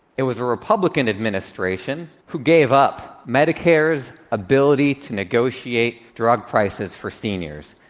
it was a republican administration who gave up medicare's ability to negotiate drug prices for seniors.